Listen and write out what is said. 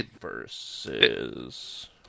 versus